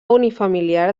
unifamiliar